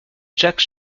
jack